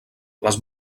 les